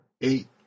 eight